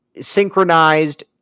synchronized